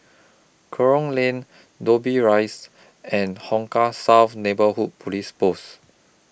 Kerong Lane Dobbie Rise and Hong Kah South Neighbourhood Police Post